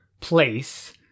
place